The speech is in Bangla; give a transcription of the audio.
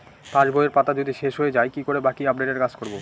পাসবইয়ের পাতা যদি শেষ হয়ে য়ায় কি করে বাকী আপডেটের কাজ করব?